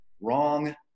wrong